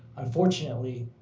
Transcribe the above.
unfortunately,